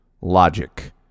logic